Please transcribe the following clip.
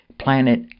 planet